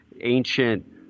ancient